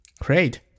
create